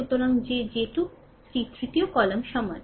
সুতরাং যে j 2 টি তৃতীয় কলাম সমান